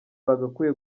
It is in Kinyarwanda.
bagakwiye